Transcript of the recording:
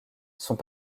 sont